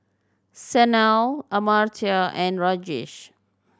Sanal Amartya and Rajesh